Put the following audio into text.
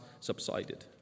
subsided